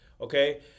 Okay